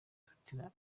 ifatira